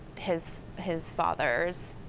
his his father,